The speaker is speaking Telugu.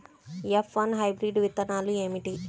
ఎఫ్ వన్ హైబ్రిడ్ విత్తనాలు ఏమిటి?